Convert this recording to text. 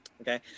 okay